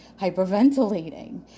hyperventilating